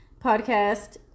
podcast